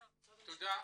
תודה.